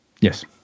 Yes